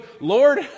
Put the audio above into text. Lord